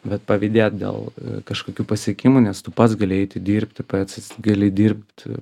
bet pavydėt dėl kažkokių pasiekimų nes tu pats gali eiti dirbti pats gali dirbt